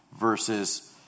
Versus